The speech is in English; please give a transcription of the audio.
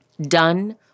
Done